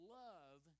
love